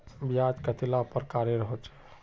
ब्याज कतेला प्रकारेर होचे?